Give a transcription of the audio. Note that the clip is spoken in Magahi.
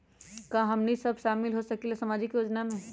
का हमनी साब शामिल होसकीला सामाजिक योजना मे?